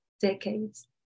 decades